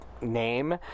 name